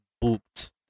boots